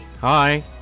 Hi